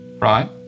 right